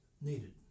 needed